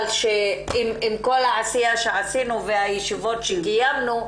עם כל העשייה שעשינו והישיבות שקיימנו,